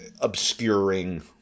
obscuring